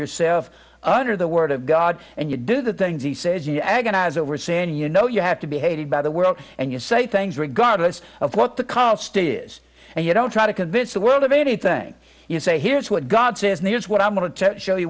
yourself under the word of god and you do the things he says you agonize over saying you know you have to be hated by the world and you say things regardless of what the cost is and you don't try to convince the world of anything you say here's what god says needs what i'm going to show you